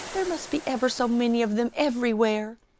there must be ever so many of them everywhere.